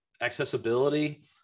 accessibility